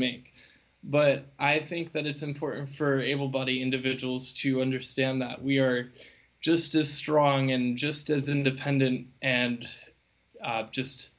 me but i think that it's important for able bodied individuals to understand that we are just as strong and just as independent and just